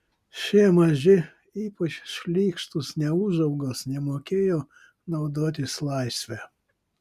šie maži ypač šlykštūs neūžaugos nemokėjo naudotis laisve